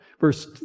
Verse